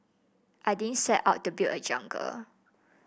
I didn't set out to build a jungle